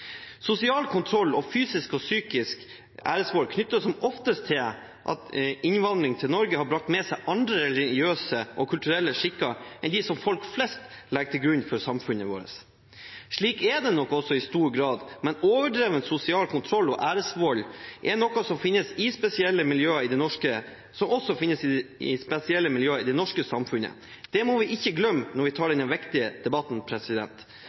Sosial kontroll og fysisk og psykisk æresvold knyttes som oftest til at innvandring til Norge har brakt med seg andre religiøse og kulturelle skikker enn dem som folk flest legger til grunn for samfunnet vårt. Slik er det nok også i stor grad, men overdreven sosial kontroll og æresvold er noe som også finnes i spesielle miljøer i det norske samfunnet. Det må vi ikke glemme når vi tar denne viktige debatten.